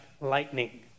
lightning